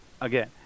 again